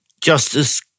Justice